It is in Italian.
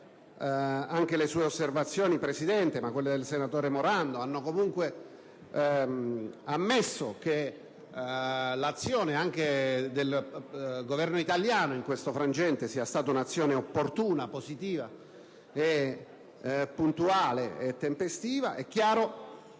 Anche le sue osservazioni, presidente Bonino, e quelle del senatore Morando hanno comunque ammesso che l'azione del Governo italiano in questo frangente è stata opportuna, positiva, puntuale e tempestiva. Condivido